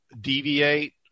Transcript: deviate